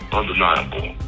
undeniable